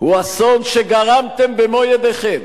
הוא האסון שגרמתם במו-ידיכם,